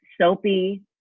soapy